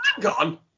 gone